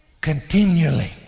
continually